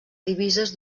divises